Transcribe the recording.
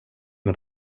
med